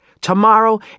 tomorrow